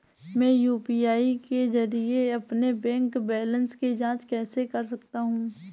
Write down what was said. मैं यू.पी.आई के जरिए अपने बैंक बैलेंस की जाँच कैसे कर सकता हूँ?